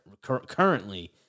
currently